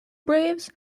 braves